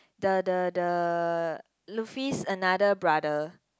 the the the Loofy's another brother